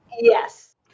Yes